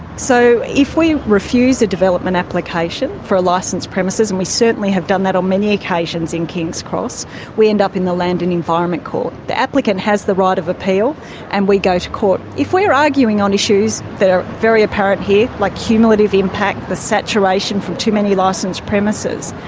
so, if we refuse refuse a development application for a licenced premise and we certainly have done that on many occasions in kings cross we end up in the land and environment court. the applicant has the right of appeal and we go to court. if we're arguing on issues that are very apparent here, like cumulative impact, the saturation from too many licenced premises,